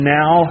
now